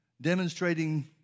demonstrating